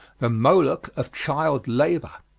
the moloch of child-labor.